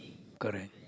correct